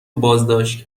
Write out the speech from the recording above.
بازداشت